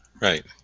Right